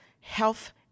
health